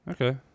okay